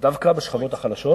דווקא בשכבות החלשות